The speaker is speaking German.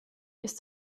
ist